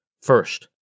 First